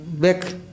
Back